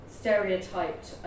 stereotyped